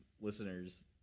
listeners